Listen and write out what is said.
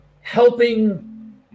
helping